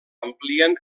amplien